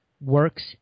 works